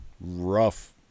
rough